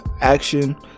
action